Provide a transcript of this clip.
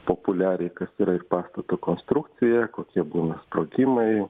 populiariai kas yra ir pastato konstrukcija kokie būna sprogimai